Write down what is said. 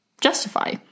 justify